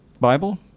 Bible